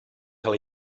cael